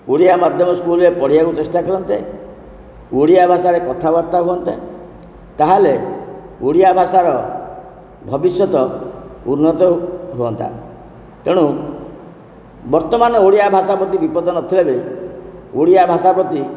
ଓଡ଼ିଆ ମଧ୍ୟମ ସ୍କୁଲ୍ରେ ପଢ଼ିବାକୁ ଚେଷ୍ଟା କରନ୍ତେ ଓଡ଼ିଆ ଭାଷାରେ କଥାବାର୍ତ୍ତା ହୁଅନ୍ତେ ତା'ହେଲେ ଓଡ଼ିଆ ଭାଷାର ଭବିଷ୍ୟତ ଉନ୍ନତ ହୁଅନ୍ତା ତେଣୁ ବର୍ତ୍ତମାନ ଓଡ଼ିଆ ଭାଷା ପ୍ରତି ବିପଦ ନଥିଲେ ବି ଓଡ଼ିଆ ଭାଷା ପ୍ରତି